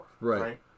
Right